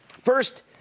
First